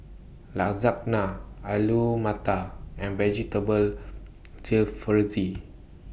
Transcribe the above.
Lasagna Alu Matar and Vegetable Jalfrezi